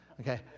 Okay